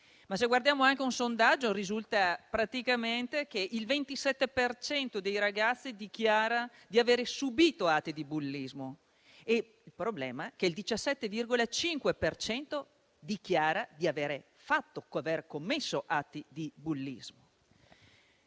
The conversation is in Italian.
Se guardiamo anche a un sondaggio, risulta praticamente che il 27 per cento dei ragazzi dichiara di aver subito atti di bullismo e il problema è che il 17,5 per cento dichiara di aver commesso atti di bullismo.